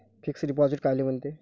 Fix deposit कायले म्हनते?